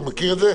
אתה מכיר את זה?